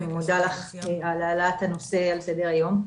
אני מודה לך על העלאת הנושא על סדר היום,